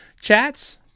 chats